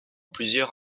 plusieurs